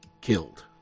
killed